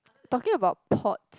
talking about port